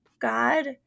God